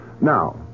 Now